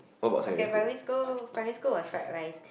okay primary school primary school was fried rice